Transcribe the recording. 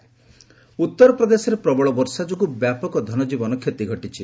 flood ଉତ୍ତରପ୍ରଦେଶରେ ପ୍ରବଳ ବର୍ଷା ଯୋଗୁଁ ବ୍ୟାପକ ଧନଜୀବନ କ୍ଷତି ଘଟିଛି